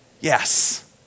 Yes